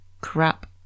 crap